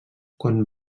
quan